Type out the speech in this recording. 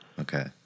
Okay